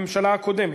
הממשלה הקודמת?